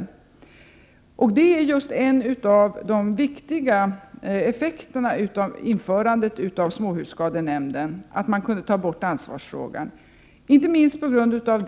Att man kunnat ta bort ansvarsfrågan är en av de viktiga effekterna av införandet av småhusskadenämnden, inte minst på grund av